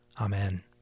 Amen